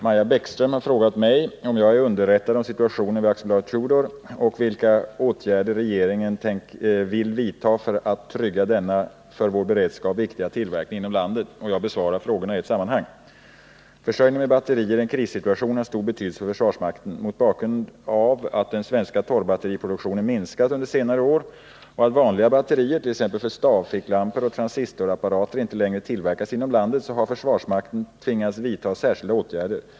Maja Bäckström har frågat mig om jag är underrättad om situationen vid AB Tudor och vilka åtgärder regeringen vill vidtaga för att trygga denna för vår beredskap viktiga tillverkning inom landet. Jag besvarar frågorna i ett sammanhang. Försörjningen med batterier i en krissituation har stor betydelse för försvarsmakten. Mot bakgrund av att den svenska torrbatteriproduktionen har minskat under senare år och att vanliga batterier, t.ex. för stavficklampor och transistorapparater, inte längre tillverkas inom landet har försvarsmakten tvingats vidta särskilda åtgärder.